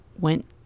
went